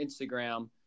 Instagram